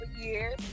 years